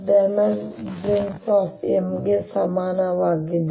M ಗೆ ಸಮಾನವಾಗಿದೆ